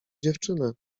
dziewczynę